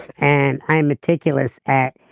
and i'm meticulous at